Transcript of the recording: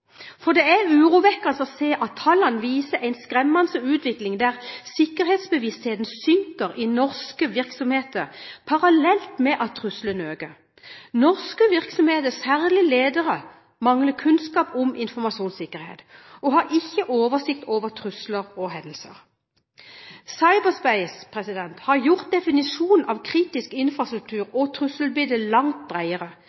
Det er urovekkende at tallene viser en skremmende utvikling der sikkerhetsbevisstheten synker i norske virksomheter, parallelt med at trusselen øker. Norske virksomheter, særlig lederne, mangler kunnskap om informasjonssikkerhet og har ikke oversikt over trusler og hendelser. Cyberspace har gjort definisjonen av kritisk infrastruktur